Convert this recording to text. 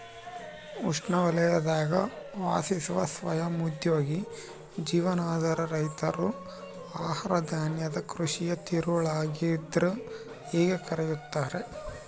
ಉಷ್ಣವಲಯದಾಗ ವಾಸಿಸುವ ಸ್ವಯಂ ಉದ್ಯೋಗಿ ಜೀವನಾಧಾರ ರೈತರು ಆಹಾರಧಾನ್ಯದ ಕೃಷಿಯ ತಿರುಳಾಗಿದ್ರ ಹೇಗೆ ಕರೆಯುತ್ತಾರೆ